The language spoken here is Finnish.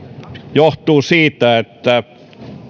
johtuu siitä että